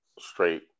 straight